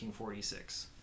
1946